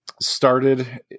started